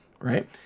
right